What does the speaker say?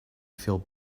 feel